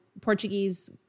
Portuguese